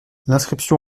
l’inscription